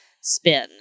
spin